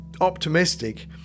optimistic